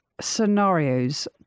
scenarios